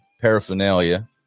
paraphernalia